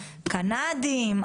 קנדיים,